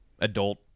adult